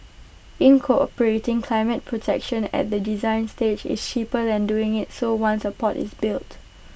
incorporating climate protection at the design stage is cheaper than doing IT so once A port is built